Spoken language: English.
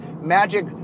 magic